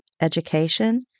education